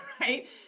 right